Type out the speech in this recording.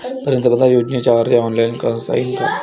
पंतप्रधान योजनेचा अर्ज ऑनलाईन करता येईन का?